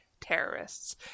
terrorists